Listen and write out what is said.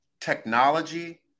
technology